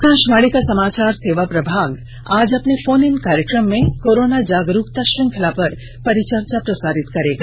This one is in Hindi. आकाशवाणी का समाचार सेवा प्रभाग आज अपने फोन इन कार्यक्रम में कोरोना जागरूकता श्रंखला पर परिचर्चा प्रसारित करेगा